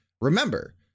Remember